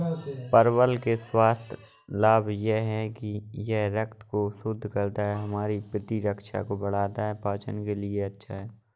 परवल के स्वास्थ्य लाभ यह हैं कि यह रक्त को शुद्ध करता है, हमारी प्रतिरक्षा को बढ़ाता है, पाचन के लिए अच्छा है